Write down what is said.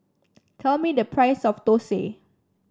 tell me the price of Dosa